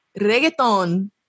reggaeton